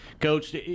Coach